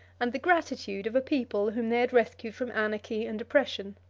and the gratitude of a people whom they had rescued from anarchy and oppression.